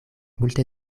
multe